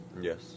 Yes